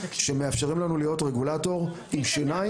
שמאפשרים לנו להיות רגולטור עם שיניים,